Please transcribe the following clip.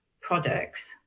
products